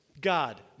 God